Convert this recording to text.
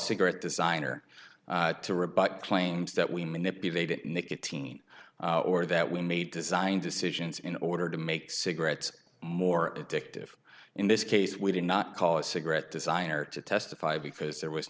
cigarette designer to rebut claims that we manipulated nicotine or that we made design decisions in order to make cigarettes more addictive in this case we did not call a cigarette designer to testify because there was